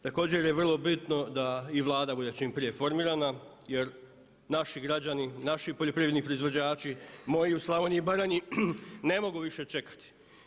Također je vrlo bitno da i Vlada bude čim prije formirana jer naši građani i naši poljoprivredni proizvođači, moji u Slavoniji i Baranji ne mogu više čekati.